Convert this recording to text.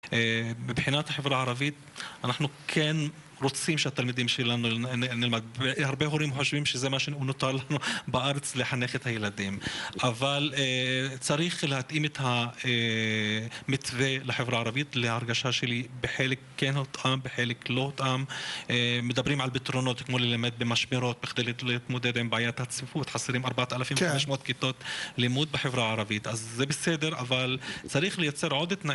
מבחינת החברה הערבית, אנחנו כן רוצים שהתלמידים שלנו נלמד והרבה הורים חושבים שזה מה שנותר לנו בארץ לחנך את הילדים, אבל צריך להתאים את המתווה לחברה הערבית להרגשה שלי, בחלק כן הותאם, בחלק לא הותאם מדברים על פתרונות, כמו ללמד במשמרות, בכדי להתמודד עם בעיית הצפיפות חסרים 4,500 כיתות לימוד בחברה הערבית אז זה בסדר, אבל צריך לייצר עוד תנאים